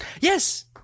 Yes